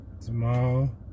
tomorrow